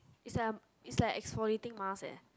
is like a is like an exfoliating mask leh